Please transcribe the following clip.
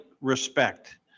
respect